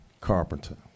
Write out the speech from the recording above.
Carpenter